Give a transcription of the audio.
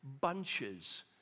bunches